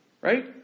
Right